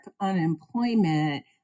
unemployment